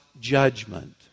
judgment